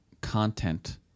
content